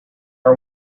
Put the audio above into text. are